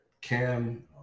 Cam